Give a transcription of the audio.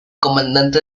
comandante